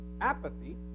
Apathy